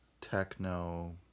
techno